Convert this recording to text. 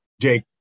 Jake